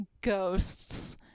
ghosts